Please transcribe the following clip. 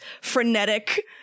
frenetic